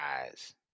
eyes